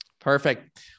Perfect